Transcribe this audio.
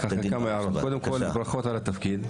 קודם כל, ברכות על התפקיד.